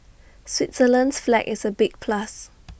Switzerland's flag is A big plus